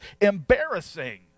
embarrassing